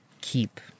keep